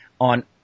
on